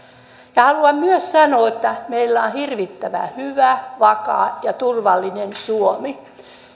haluan myös sanoa että meillä on hirvittävän hyvä vakaa ja turvallinen suomi